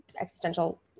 existential